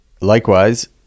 Likewise